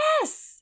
Yes